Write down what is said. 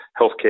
healthcare